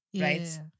right